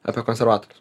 apie konservatorius